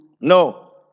No